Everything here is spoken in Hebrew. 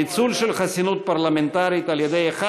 ניצול של חסינות פרלמנטרית על-ידי אחד